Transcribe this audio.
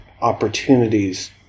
opportunities